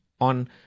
on